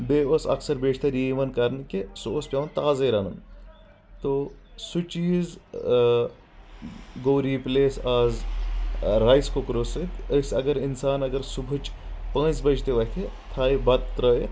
بیٚیہ اوس اکثر بیشتر یہِ یوان کرنہٕ کہِ سُہ اوس پیٚوان تازے رنُن تو سُہ چیٖز گوٚو رِپلیس آز رایس کُکرو سۭتۍ اسۍ اگر انسان اگر صبحٕچ پانٛژھ بجہِ تہِ وتھہِ تھاوِ بتہٕ تراوتِھ